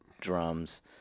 drums